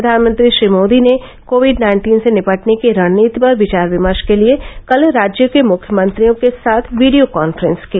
प्रधानमंत्री Shri Modi Covid nineteen से निपटने की रणनीति पर विचार विमर्श के लिए कल राज्यों के मुख्यमंत्रियों के साथ वीडियो कान्फ्रेंस की